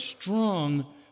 strong